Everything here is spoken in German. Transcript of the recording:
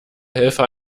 helfer